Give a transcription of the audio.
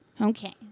Okay